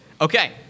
Okay